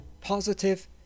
positive